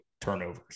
turnovers